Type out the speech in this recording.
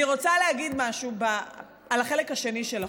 אני רוצה להגיד משהו על החלק השני של החוק,